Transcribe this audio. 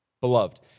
beloved